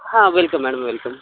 हां welcome ma'am welcome